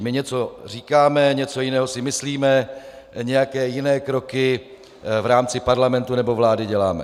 My něco říkáme, něco jiného si myslíme, nějaké jiné kroky v rámci parlamentu nebo vlády děláme.